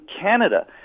Canada